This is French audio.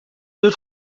deux